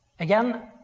again,